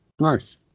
nice